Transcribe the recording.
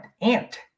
Ant